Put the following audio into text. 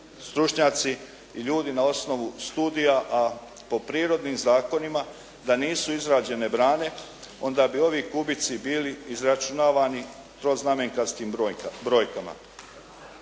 stručnjaci i ljudi na osnovu studija a po prirodnim zakonima da nisu izrađene brane onda bi ovi kubici bili izračunavani dvoznamenkastim brojkama.